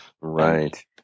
right